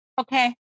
Okay